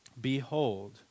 Behold